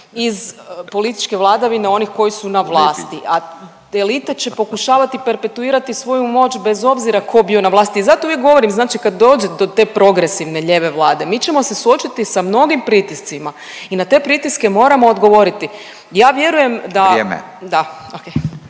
iz političke vladavine onih koji su na vlasti, a elite će pokušavati perpetuirati svoju moć bez obzira tko bio na vlasti. I zato uvijek govorim znači kad dođe do te progresivne lijeve vlade mi ćemo se suočiti sa mnogim pritiscima i na te pritiske moramo odgovoriti. Ja vjerujem da … …/Upadica